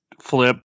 flip